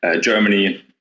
germany